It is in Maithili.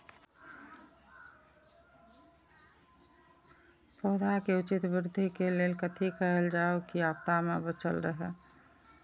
पौधा के उचित वृद्धि के लेल कथि कायल जाओ की आपदा में बचल रहे?